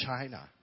China